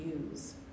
use